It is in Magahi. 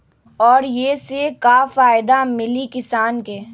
और ये से का फायदा मिली किसान के?